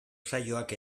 saioak